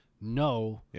no